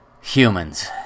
Humans